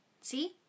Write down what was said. See